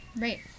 Right